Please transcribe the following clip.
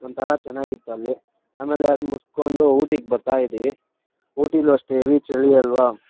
ಒಂಥರಾ ಚೆನ್ನಾಗಿತ್ತು ಅಲ್ಲಿ ಆಮೇಲೆ ಮುಚ್ಕೊಂಡು ಊಟಿಗೆ ಬರ್ತಾಯಿದ್ದೀವಿ ಊಟೀಲು ಅಷ್ಟೇ ಹೆವಿ ಚಳಿ ಅಲ್ವಾ